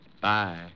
Bye